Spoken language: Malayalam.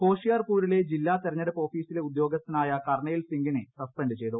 ഹോഷിയാർപൂരിലെ ജില്ലാ തെരഞ്ഞെടുപ്പ് ഓഫീസിലെ ഉദ്യോഗസ്ഥനായ കർണയിൽ സിംഗിനെ സസ്പെൻഡ് ചെയ്തു